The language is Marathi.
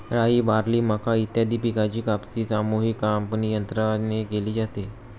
राई, बार्ली, मका इत्यादी पिकांची कापणी सामूहिक कापणीयंत्राने केली जाते